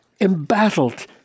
embattled